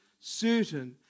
certain